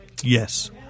Yes